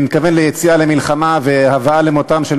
אני מתכוון ליציאה למלחמה והבאה למותם של